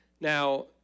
Now